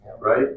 right